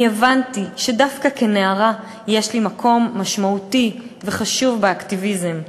אני הבנתי שדווקא כנערה יש לי מקום משמעותי וחשוב באקטיביזם.